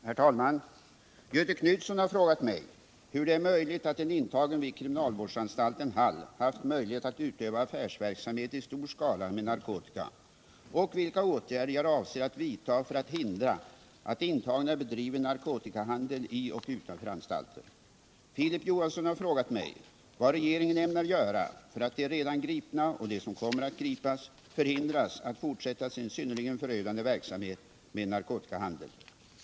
Herr talman! Göthe Knutson har frågat mig hur det är möjligt att en intagen vid kriminalvårdsanstalten Hall haft möjlighet att utöva affärsverksamhet i stor skala med narkotika och vilka åtgärder jag avser att vidta för att hindra att intagna bedriver narkotikahandel i och utanför anstalter. Filip Johansson har frågat mig vad regeringen ämnar göra för att de redan gripna och de som kommer att gripas förhindras att fortsätta sin synnerligen förödande verksamhet med narkotikahandel.